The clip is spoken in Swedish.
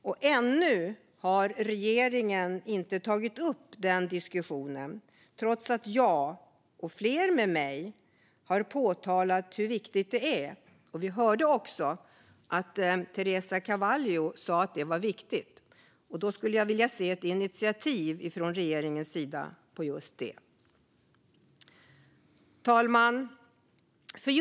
Regeringen har ännu inte tagit upp den diskussionen, trots att jag och flera med mig har framhållit hur viktigt detta är. Vi hörde också att Teresa Carvalho sa att det är viktigt. Då skulle jag vilja se ett initiativ från regeringens sida till just detta. Fru talman!